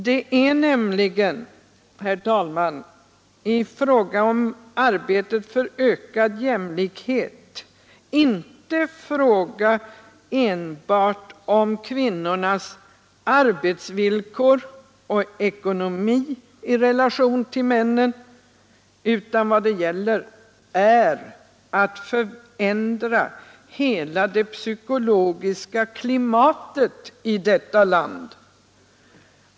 Det är nämligen, herr talman, i fråga om arbetet för ökad jämlikhet inte fråga enbart om kvinnornas arbetsvillkor och ekonomi i relation till männens förhållanden, utan vad det gäller är att förändra hela det psykologiska klimatet i vårt land.